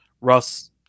Russ